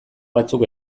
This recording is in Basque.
batzuk